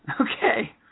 Okay